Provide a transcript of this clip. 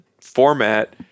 format